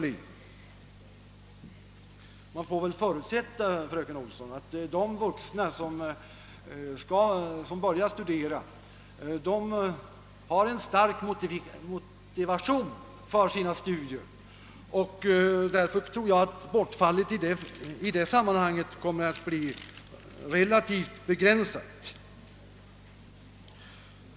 Men man får väl ändå förutsätta, fröken Olsson, att de vuxna som börjar studera har en mycket stark motivation för sina studier. Därför tror jag att bortfallet kommer att bli relativt begränsat.